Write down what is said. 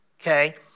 okay